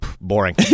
Boring